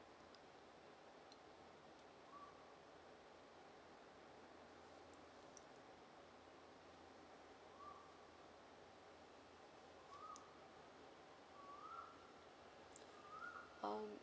um